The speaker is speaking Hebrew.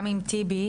גם עם טיבי,